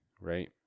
right